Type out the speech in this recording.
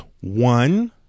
one